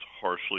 harshly